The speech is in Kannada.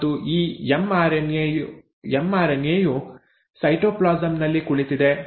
ಮತ್ತು ಈ ಎಮ್ಆರ್ಎನ್ಎ ಯು ಸೈಟೋಪ್ಲಾಸಂ ನಲ್ಲಿ ಕುಳಿತಿದೆ